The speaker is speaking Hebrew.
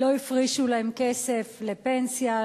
לא הפרישו להם כסף לפנסיה,